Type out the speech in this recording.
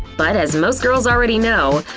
but as most girls already know,